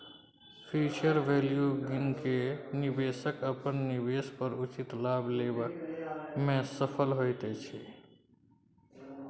future value गिन केँ निबेशक अपन निबेश पर उचित लाभ लेबा मे सफल होइत छै